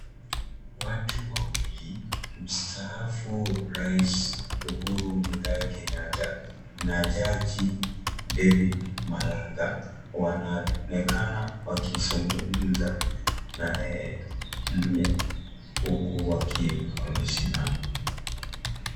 Watu wawili, mstaafu rais Uhuru kenyatta na jaji David Maraga wanaonekana wakizungumza na yeye mle huku wakiwa wamesimama.